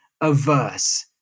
averse